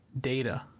data